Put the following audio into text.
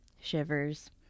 shivers